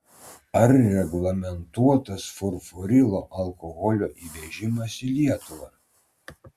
ar reglamentuotas furfurilo alkoholio įvežimas į lietuvą